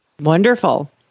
Wonderful